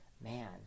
man